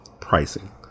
Pricing